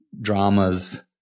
dramas